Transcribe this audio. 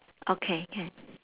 okay can